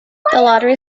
lottery